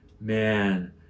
man